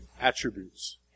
attributes